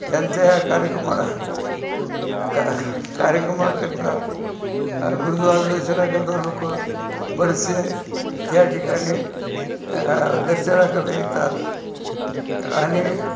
त्यांचा ह्या कार्यक्रमा का कार्यक्रमाकरता गुरुद्वारा दर्शनाकरता लोक बरेचसे त्या ठिकाणी दर्शनाकरता येतात आणि